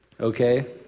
okay